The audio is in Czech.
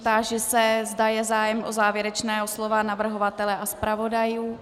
Táži se, zda je zájem o závěrečné slovo navrhovatele a zpravodajů.